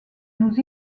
nous